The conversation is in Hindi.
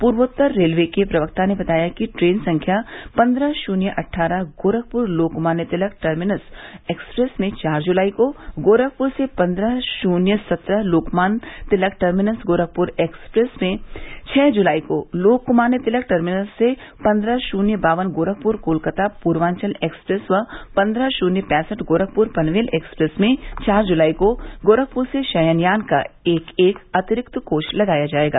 पूर्वोत्तर रेलवे के प्रवक्ता ने बताया कि ट्रेन संख्या पन्द्रह शून्य अट्ठारह गोरखपुर लोकमान्य तिलक टर्मिनस एक्सप्रेस में चार जुलाई को गोरखपुर से पन्द्रह शून्य सत्रह लोकमान्य तिलक टर्मिनस गोरखपुर एक्सप्रेस में छह जुलाई को लोकमान्य तिलक टर्मिनस से पन्द्रह शून्य बावन गोरखपुर कोलकाता पूर्वाचल एक्सप्रेस पन्दह शुन्य पैसठ गोरखपुर पनवेल एक्सप्रेस में चार जुलाई को गोरखपुर से शयनयान का एक एक अतिरिक्त कोच लगाया जायेगा